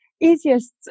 easiest